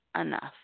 Enough